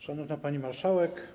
Szanowna Pani Marszałek!